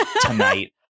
tonight